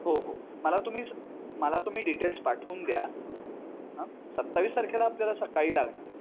हो हो मला तुम्ही स मला तुम्ही डिटेल्स पाठवून द्या हां सत्तावीस तारखेला आपल्याला सकाळी लागणार आहे